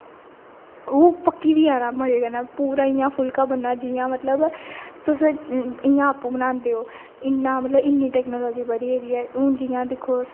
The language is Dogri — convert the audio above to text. ओह् पक्की बी जाना मजे कन्नै पूरा इयां फुलका बनना जियां मतलब तुस इयां आपू बनांदे ओ इन्ना मतलब कि इन्नी टेक्नोलाॅजी बधी गेदी ऐ हून जियां दिक्खो साढ़े इत्थै